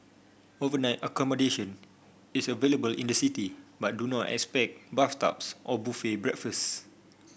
overnight accommodation is available in the city but do not expect bathtubs and buffet breakfasts